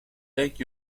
take